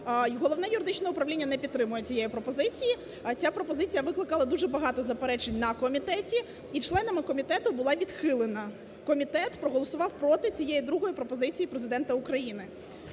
Головне-юридичне управління не підтримує цієї пропозиції. А ця пропозиція викликала дуже багато заперечень на комітеті і членами комітету була відхилена. Комітет проголосував проти цієї другої пропозиції Президента України.